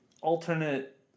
alternate